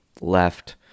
left